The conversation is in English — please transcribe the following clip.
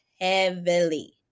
heavily